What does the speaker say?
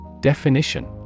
Definition